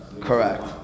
Correct